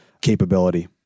capability